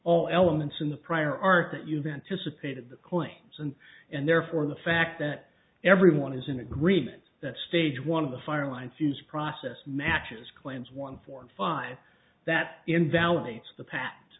all elements in the prior art that you've anticipated the claims and and therefore the fact that everyone is in agreement that stage one of the fire lines is process matches claims one four and five that invalidates the pa